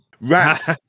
rats